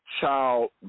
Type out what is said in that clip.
child